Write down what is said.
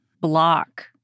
block